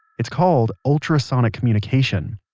it's called ultrasonic communication,